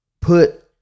Put